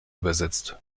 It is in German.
übersetzt